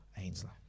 Ainsley